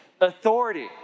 authority